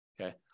Okay